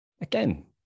again